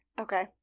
Okay